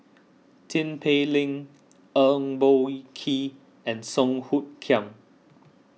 Tin Pei Ling Eng Boh Kee and Song Hoot Kiam